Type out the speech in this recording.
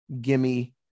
gimme